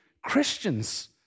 Christians